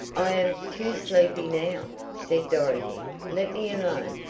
i am too sleepy now, said dorothy. let me alone.